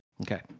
okay